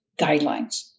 guidelines